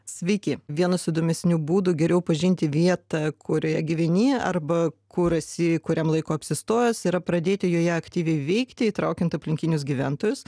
sveiki vienas įdomesnių būdų geriau pažinti vietą kurioje gyveni arba kur esi kuriam laikui apsistojęs yra pradėti joje aktyviai veikti įtraukiant aplinkinius gyventojus